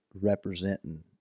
representing –